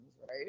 right